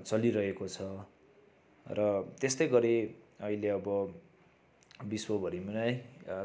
चलिरहेको छ र त्यस्तै गरी अहिले अब विश्वभरिमै